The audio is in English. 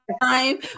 time